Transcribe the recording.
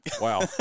Wow